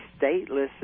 stateless